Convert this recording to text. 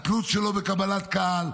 התלות שלו בקבלת קהל,